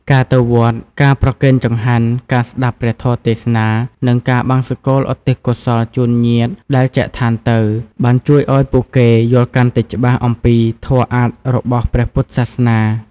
ការទៅវត្ត ការប្រគេនចង្ហាន់ ការស្ដាប់ព្រះធម៌ទេសនា និងការបង្សុកូលឧទ្ទិសកុសលជូនញាតិដែលចែកឋានទៅ បានជួយឲ្យពួកគេយល់កាន់តែច្បាស់អំពីធម៌អាថ៌របស់ព្រះពុទ្ធសាសនា។